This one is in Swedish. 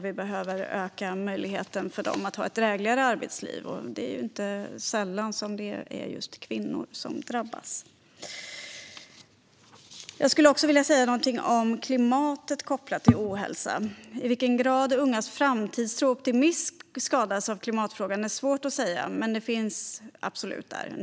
Vi behöver öka möjligheten för dem att ha ett drägligare arbetsliv. Det är dessutom inte sällan just kvinnor som drabbas. Jag vill också säga något om klimatet kopplat till ohälsa. I vilken grad ungas framtidstro och optimism skadas av klimatfrågan är svårt att säga. Men det finns absolut där.